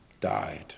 Died